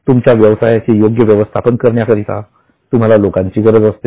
तुमच्या व्यवसायाचे योग्य व्यवस्थापन करण्याकरिता तुम्हाला लोकांची गरज असते